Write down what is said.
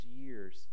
years